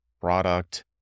product